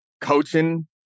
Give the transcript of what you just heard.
coaching